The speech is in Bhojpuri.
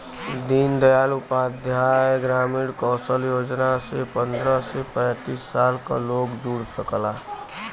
दीन दयाल उपाध्याय ग्रामीण कौशल योजना से पंद्रह से पैतींस साल क लोग जुड़ सकला